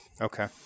Okay